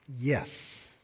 yes